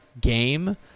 game